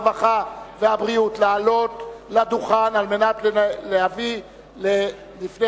הרווחה והבריאות לעלות לדוכן כדי להביא לפני